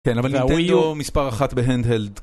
כן אבל נינטנדו מספר אחת בהנדהלד